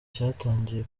cyatangiye